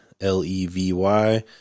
l-e-v-y